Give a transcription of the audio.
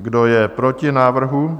Kdo je proti návrhu?